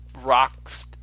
rock's